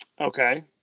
Okay